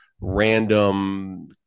random